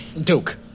Duke